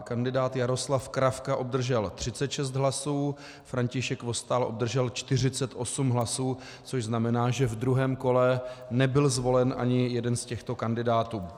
Kandidát Jaroslav Kravka obdržel 36 hlasů, František Vostál obdržel 48 hlasů, což znamená, že v druhém kole nebyl zvolen ani jeden z těchto kandidátů.